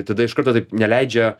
tada iš karto taip neleidžia